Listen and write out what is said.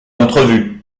entrevues